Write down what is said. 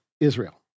Israel